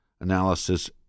analysis